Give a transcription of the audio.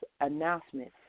announcements